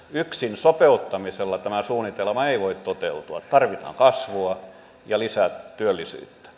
yksin sopeuttamisella tämä suunnitelma ei voi toteutua tarvitaan kasvua ja lisää työllisyyttä